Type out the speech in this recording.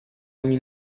ogni